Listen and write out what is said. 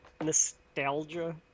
nostalgia